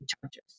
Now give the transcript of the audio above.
charges